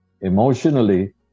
Emotionally